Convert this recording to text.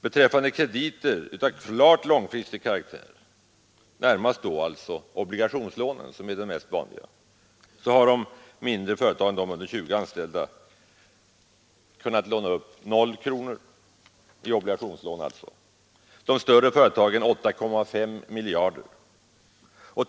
I fråga om krediter av klart långfristig karaktär, närmast då obligationslån, som är det mest vanliga, har de mindre företagen — de med mindre än 20 anställda — kunnat låna upp 0 kronor och de större företagen ca 20 miljarder kronor.